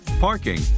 parking